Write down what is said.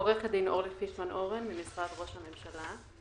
משרד ראש הממשלה.